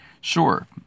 Sure